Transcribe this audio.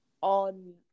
on